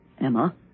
Emma